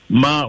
ma